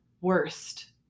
worst